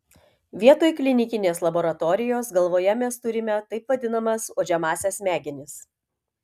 vietoj klinikinės laboratorijos galvoje mes turime taip vadinamas uodžiamąsias smegenis